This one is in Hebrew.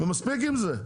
ומספיק עם זה.